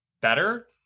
better